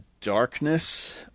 Darkness